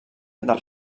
del